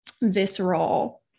visceral